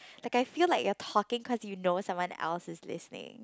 like I feel like you're talking cause you know someone else is listening